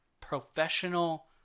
professional